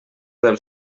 del